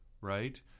right